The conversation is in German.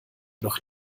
noch